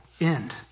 end